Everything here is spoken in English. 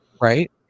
right